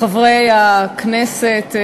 חברי הכנסת,